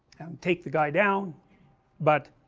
take the guy down but